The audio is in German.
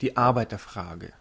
die arbeiter frage